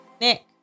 Nick